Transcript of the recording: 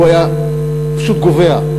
הוא היה פשוט גווע,